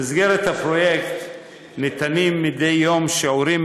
במסגרת הפרויקט ניתנים מדי יום שיעורים